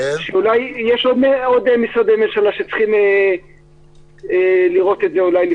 שאולי יש עוד משרדי ממשלה שצריכים לראות את זה אולי,